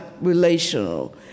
relational